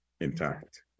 intact